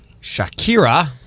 Shakira